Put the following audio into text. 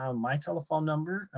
um my telephone number,